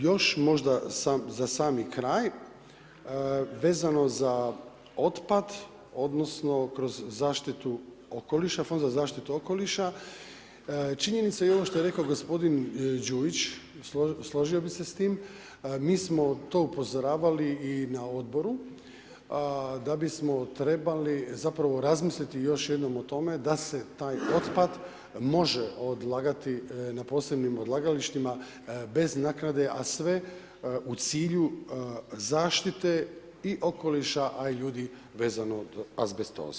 Još možda za sami kraj vezano za otpad odnosno kroz zaštitu okoliša, Fond za zaštitu okoliša, činjenica je i ovo što je rekao gospodin Đujić složio bih se s tim, mi smo to upozoravali i na odboru da bismo trebali zapravo razmisliti još jednom o tome da se taj otpad može odlagati na posebnim odlagalištima bez naknade a sve u cilju zaštite i okoliša, a i ljudi vezano za azbestozu.